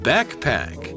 Backpack